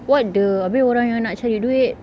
what the habis orang yang nak cari duit